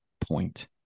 point